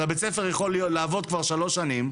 אז הבית ספר יכול לעבוד כבר שלוש שנים,